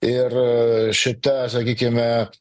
ir šita sakykime